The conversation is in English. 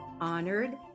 honored